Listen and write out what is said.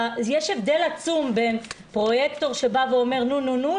יש הבדל עצום בין פרויקטור שאומר 'נו-נו-נו',